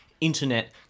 internet